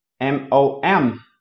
M-O-M